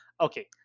okay